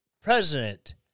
President